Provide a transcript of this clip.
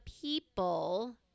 people